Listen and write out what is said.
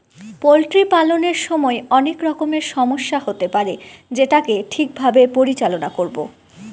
poultry পালনের সময় অনেক রকমের সমস্যা হতে পারে যেটাকে ঠিক ভাবে পরিচালনা করবো